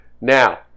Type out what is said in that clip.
now